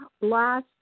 last